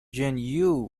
gen